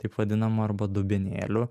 taip vadinamų arba dubenėlių